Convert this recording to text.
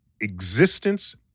existence